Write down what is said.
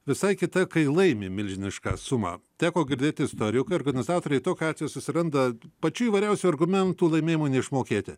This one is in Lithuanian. visai kita kai laimi milžinišką sumą teko girdėti istorijų kai organizatoriai tokiu atveju susiranda pačių įvairiausių argumentų laimėjimui neišmokėti